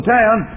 town